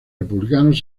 republicanos